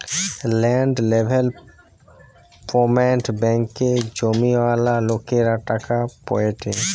land development ব্যাঙ্কে জমিওয়ালা লোকরা টাকা পায়েটে